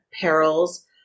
perils